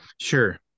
Sure